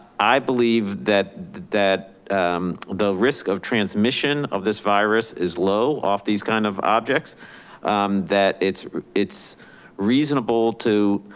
i believe that that the risk of transmission of this virus is low off these kinds of objects that it's it's reasonable to